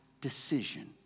decision